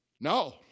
No